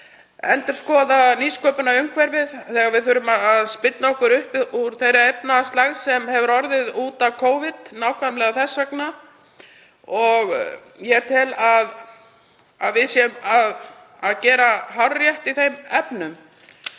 endurskoða nýsköpunarumhverfið, þegar við þurfum að spyrna okkur upp úr þeirri efnahagslægð sem orðið hefur út af Covid, nákvæmlega þess vegna. Ég tel að við séum að gera hárrétt í þeim efnum.